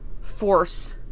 force